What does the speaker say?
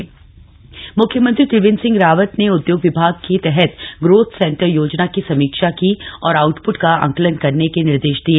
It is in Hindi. ग्रोथ सेंटर मुख्यमंत्री त्रिवेन्द्र सिंह रावत ने उदयोग विभाग के तहत ग्रोथ सेंटर योजना की समीक्षा की और आउटप्ट का आंकलन करने के निर्देश दिए